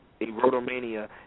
erotomania